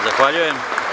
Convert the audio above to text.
Zahvaljujem.